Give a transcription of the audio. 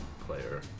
player